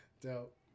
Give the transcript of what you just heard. Dope